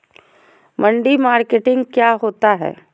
मंडी मार्केटिंग क्या होता है?